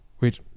Wait